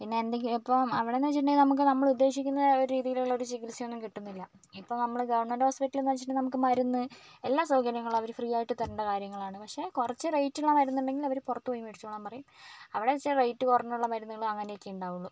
പിന്നെ എന്തെങ്കിലും ഇപ്പം അവിടേന്ന് വെച്ചിട്ടുണ്ടെങ്കിൽ നമുക്ക് നമ്മളുദ്ദേശിക്കുന്ന ഒരു രീതിയിലുള്ളൊരു ചികിത്സയൊന്നും കിട്ടുന്നില്ല ഇപ്പം നമ്മള് ഗവൺമെൻറ് ഹോസ്പിറ്റലിലെന്ന് വെച്ചിട്ടുണ്ടെങ്കിൽ നമുക്ക് മരുന്ന് എല്ലാ സൗകര്യങ്ങളും അവര് ഫ്രീ ആയിട്ട് തരേണ്ട കാര്യങ്ങളാണ് പക്ഷേ കുറച്ചു റേറ്റുള്ള മരുന്നുണ്ടെങ്കിൽ അവര് പുറത്തുപോയി മേടിച്ചോളാൻ പറയും അവിടെ ഇച്ചിരി റേറ്റ് കുറഞ്ഞുള്ള മരുന്നുകളും അങ്ങനെയൊക്കെ ഉണ്ടാവുകയുള്ളു